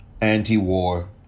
Anti-war